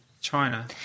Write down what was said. China